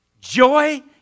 Joy